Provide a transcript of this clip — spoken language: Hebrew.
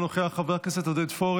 אינה נוכחת, חברת הכנסת שלי טל מירון,